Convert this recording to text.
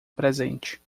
presente